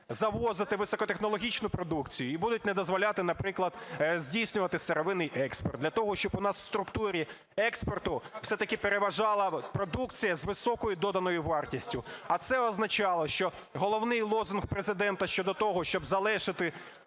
завозити високотехнологічну продукцію і будуть не дозволяти, наприклад, здійснювати сировинний експорт, для того, щоб у нас в структурі експорту все-таки переважала продукція з високою доданою вартістю. А це означало, що головний лозунг Президента щодо того, щоб залишити